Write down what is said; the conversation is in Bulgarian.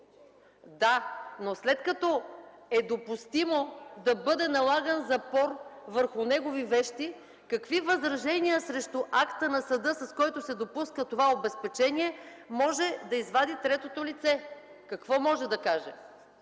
Да, но след като е допустимо да бъде налаган запор върху негови вещи, какви възражения срещу акта на съда, с който се допуска това обезпечение, може да извади третото лице? Какво може да каже?